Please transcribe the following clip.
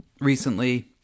recently